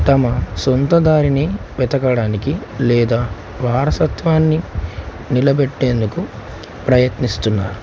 తమ సొంతదారిని వెతకడానికి లేదా వారసత్వాన్ని నిలబెట్టేందుకు ప్రయత్నిస్తున్నారు